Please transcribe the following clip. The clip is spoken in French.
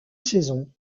saison